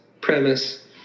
premise